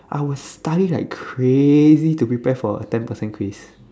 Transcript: I will study like crazy to prepare for a ten percent quiz